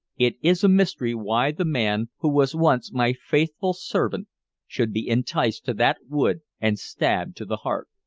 it is a mystery why the man who was once my faithful servant should be enticed to that wood and stabbed to the heart.